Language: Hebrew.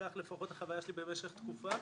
כך לפחות החוויה שלי במשך תקופה.